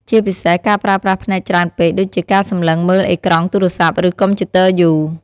ជាពិសេស ការប្រើប្រាស់ភ្នែកច្រើនពេក ដូចជាការសម្លឹងមើលអេក្រង់ទូរស័ព្ទ ឬកុំព្យូទ័រយូរ។